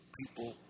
people